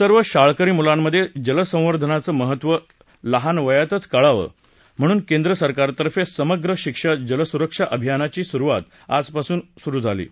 सर्व शाळकरी मुलांमधे जलसंवर्धनाचं महत्त्व लहान वयातच कळावं म्हणून केंद्रसरकारतर्फे समग्र शिक्षा जलसुरक्षा अभियानाची सुरुवात आजपासून होत आहे